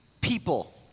People